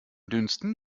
dünsten